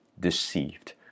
deceived